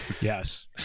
Yes